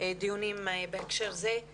הדיונים בהקשר זה על